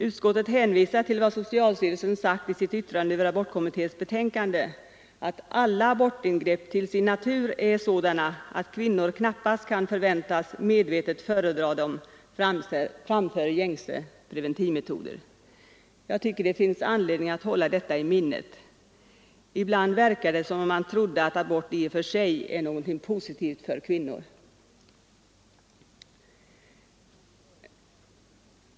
Utskottet hänvisar till vad socialstyrelsen sagt i sitt yttrande över abortkommitténs betänkande, att alla abortingrepp till sin natur är sådana att kvinnor knappast kan förväntas medvetet föredra dem framför gängse preventivmetoder. Jag tycker det finns anledning att hålla detta i minnet. Ibland verkar det som om man trodde att abort är någonting i och för sig positivt för kvinnor.